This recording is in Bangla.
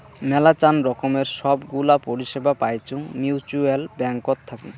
মেলাচান রকমের সব গুলা পরিষেবা পাইচুঙ মিউচ্যুয়াল ব্যাঙ্কত থাকি